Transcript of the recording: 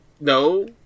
No